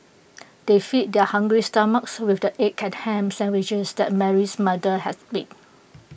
they fed their hungry stomachs with the egg and Ham Sandwiches that Mary's mother has made